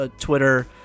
Twitter